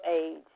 age